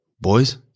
boys